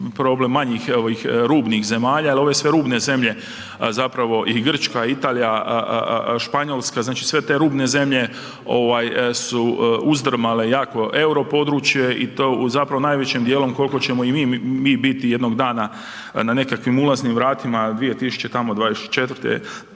problem manjih ovih rubnih zemalja jer ove sve rubne zemlje zapravo i Grčka, Italija, Španjolska, znači sve te rubne zemlje ovaj su uzdrmale jako euro područje i to u zapravo najvećim dijelom koliko ćemo i mi biti jednog dana na nekakvim ulaznim vratima 2024.